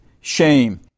shame